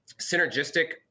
synergistic